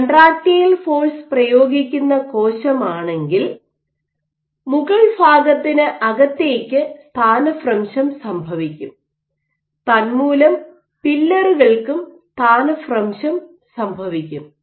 contractile force പ്രയോഗിക്കുന്ന കോശം ആണെങ്കിൽ മുകൾഭാഗത്തിന് അകത്തേക്ക് സ്ഥാനഭ്രംശം സംഭവിക്കും തന്മൂലം പില്ലറുകൾക്കും സ്ഥാനഭ്രംശം സംഭവിക്കും